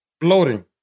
Floating